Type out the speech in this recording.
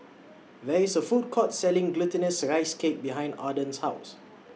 There IS A Food Court Selling Glutinous Rice Cake behind Arden's House